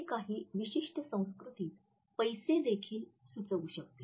हे काही विशिष्ट संस्कृतीत पैसे देखील सुचवू शकते